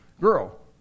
girl